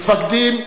מפקדים ומפקדות,